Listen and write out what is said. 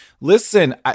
listen